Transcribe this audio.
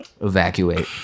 Evacuate